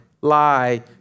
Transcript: lie